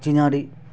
चिनारी